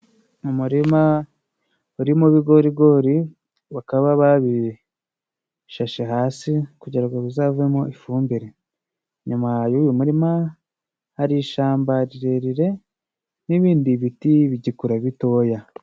Umurima urimo ibigorigori bakaba babishashe hasi kugira ngo bizavemo ifumbire. Nyuma y'uyu murima hari ishamba rirerire n'ibindi biti bigikura bitoya.